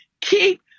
Keep